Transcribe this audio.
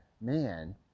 man